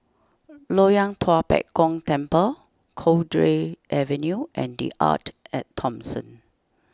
Loyang Tua Pek Kong Temple Cowdray Avenue and the Arte at Thomson